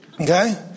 Okay